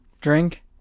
drink